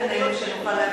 את העניין הזה כדי,